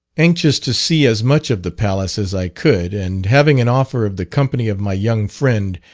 anxious to see as much of the palace as i could, and having an offer of the company of my young friend,